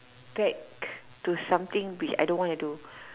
back to something be I don't want to do